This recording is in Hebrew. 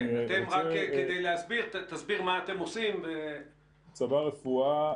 "צבר רפואה"